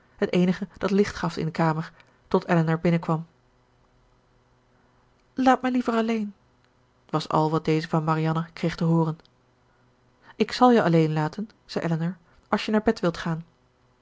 het eenige dat licht gaf in de kamer tot elinor binnenkwam laat mij liever alleen was al wat deze van marianne kreeg te hooren ik zal je alleen laten zei elinor als je naar bed wilt gaan